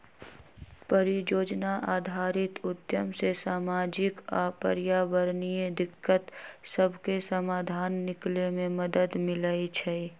परिजोजना आधारित उद्यम से सामाजिक आऽ पर्यावरणीय दिक्कत सभके समाधान निकले में मदद मिलइ छइ